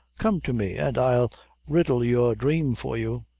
come to me an' i'll riddle your dhrame for you.